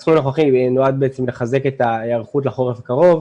הסכום הנוכחי נועד לחזק את ההיערכות לחורף הקרוב,